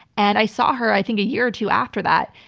and i saw her i think a year or two after that,